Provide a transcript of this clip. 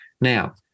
Now